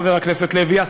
חבר הכנסת לוי,